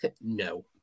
no